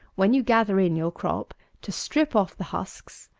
when you gather in your crop to strip off the husks,